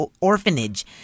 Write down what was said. orphanage